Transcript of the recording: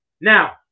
Now